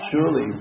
Surely